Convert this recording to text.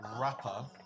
rapper